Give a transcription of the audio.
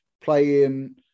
playing